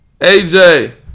AJ